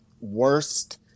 worst